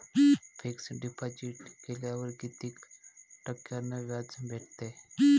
Fix deposit केल्यावर कितीक टक्क्यान व्याज भेटते?